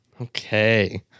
okay